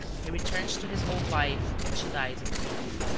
he returns to his old life and she dies of grief.